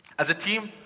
as a team,